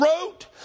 wrote